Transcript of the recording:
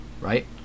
right